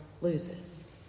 loses